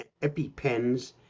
EpiPens